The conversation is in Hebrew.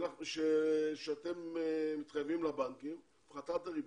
שאתם מתחייבים לבנקים, הפחתת הריבית,